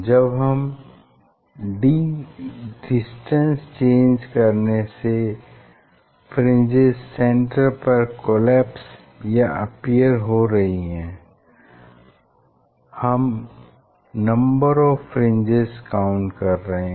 जब d distance change करने से फ्रिंजेस सेन्टर पर कोलैप्स या अपीयर हो रही हैं हम नम्बर ऑफ़ फ्रिंजेस काउंट कर रहे हैं